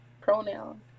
pronoun